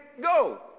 go